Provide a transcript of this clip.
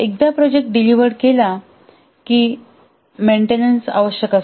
एकदा project delivered केला की देखभाल आवश्यक असते